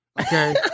okay